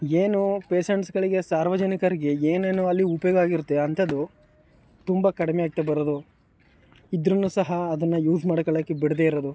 ಏನು ಪೇಶಂಟ್ಸ್ಗಳಿಗೆ ಸಾರ್ವಜನಿಕರಿಗೆ ಏನೇನು ಅಲ್ಲಿ ಉಪಯೋಗ ಆಗಿರತ್ತೆ ಅಂಥದ್ದು ತುಂಬ ಕಡಿಮೆ ಅಂತೆ ಬರೋದು ಇದ್ದರೂ ಸಹ ಅದನ್ನು ಯೂಸ್ ಮಾಡ್ಕೊಳ್ಳೋಕ್ಕೆ ಬಿಡದೇ ಇರೋದು